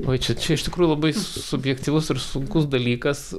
vai čia čia iš tikrųjų labai subjektyvus ir sunkus dalykas